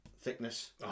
thickness